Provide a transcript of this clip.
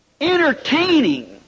Entertaining